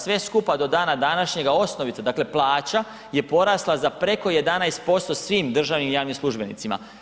Sve skupa do dana današnjega, osnovica, dakle plaća je porasla za preko 11% svim državnim i javnim službenicima.